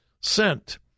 sent